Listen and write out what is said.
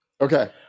Okay